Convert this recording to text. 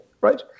right